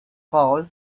foul